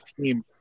team